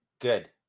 Good